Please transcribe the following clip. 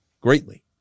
greatly